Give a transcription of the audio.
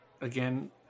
again